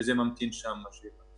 וזה ממתין שם.